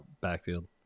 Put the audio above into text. backfield